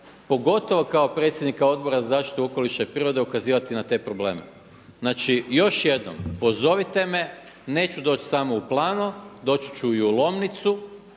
pogotovo kao predsjednika Odbora za zaštitu okoliša i prirode ukazivati na te probleme. Znači još jednom pozovite me. Neću doći samo u Plano, doći ću i u Lomnicu.